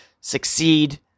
succeed